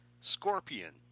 Scorpion